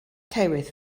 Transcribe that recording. tywydd